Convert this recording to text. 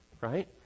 right